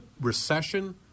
recession